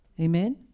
amen